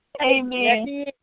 Amen